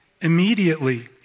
Immediately